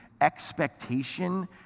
expectation